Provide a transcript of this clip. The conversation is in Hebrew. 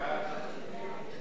סעיפים 1 3